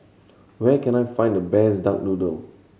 where can I find the best duck noodle